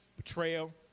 Betrayal